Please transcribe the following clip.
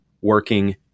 working